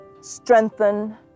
strengthen